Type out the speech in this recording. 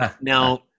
Now